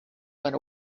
went